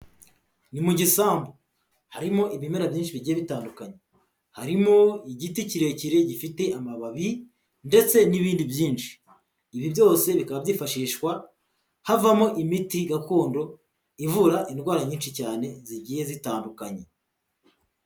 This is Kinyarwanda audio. Ni mu gisambu, harimo ibimera byinshi bigiye bitandukanye, harimo igiti kirekire gifite amababi ndetse n'ibindi byinshi, ibi byose bikaba byifashishwa havamo imiti gakondo ivura indwara nyinshi cyane zigiye zitandukanye.